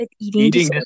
Eating